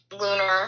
lunar